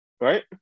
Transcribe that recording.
Right